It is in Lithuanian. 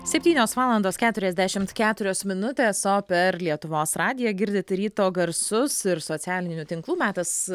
septynios valandos keturiasdešimt keturios minutės o per lietuvos radiją girdit ryto garsus ir socialinių tinklų metas